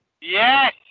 Yes